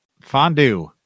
fondue